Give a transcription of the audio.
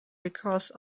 because